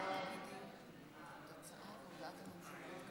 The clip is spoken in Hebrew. הודעת הממשלה על העברת סמכויות משרת